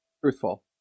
truthful